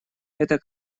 это